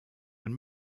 and